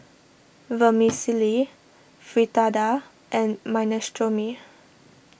Vermicelli Fritada and Minestrone